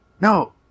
No